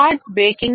hard baking